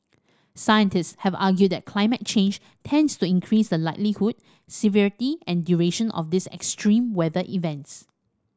scientist have argued that climate change tends to increase the likelihood severity and duration of these extreme weather events